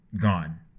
gone